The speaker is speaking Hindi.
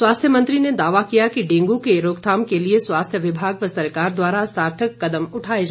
स्वास्थ्य मंत्री ने दावा कि डेंगू के रोकथाम के लिए स्वास्थ्य विभाग सरकार द्वारा सार्थक कदम उठाए जा रहे हैं